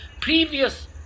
previous